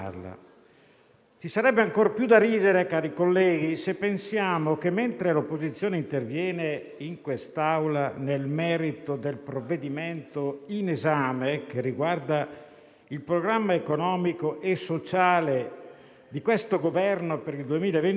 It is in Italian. Ci sarebbe ancor più da ridere, cari colleghi, se pensiamo che, mentre l'opposizione interviene in quest'Aula nel merito del provvedimento in esame, che riguarda il programma economico e sociale del Governo per il 2021,